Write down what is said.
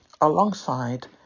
alongside